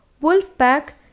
Wolf-pack